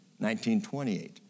1928